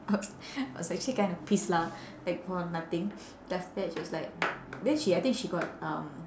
I was I was actually kind of pissed lah like for nothing then after that she was like then she I think she got um